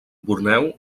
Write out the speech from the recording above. borneo